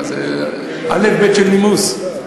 אלף-בית של נימוס.